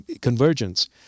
convergence